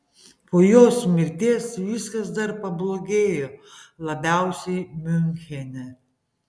po jos mirties viskas dar pablogėjo labiausiai miunchene